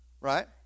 right